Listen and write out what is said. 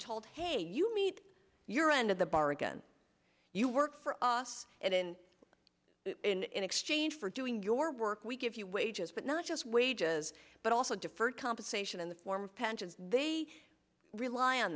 told hey you meet your end of the bargain you work for us and in exchange for doing your work we give you wages but not just wages but also deferred compensation in the form of pensions they rely on